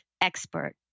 expert